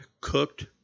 cooked